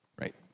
Right